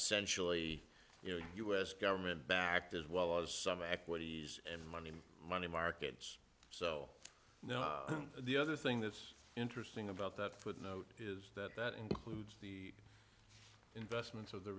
ly you know u s government backed as well as some equities and money in money markets so the other thing that's interesting about that footnote is that that includes the investments of the